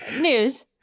news